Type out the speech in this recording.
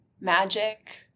magic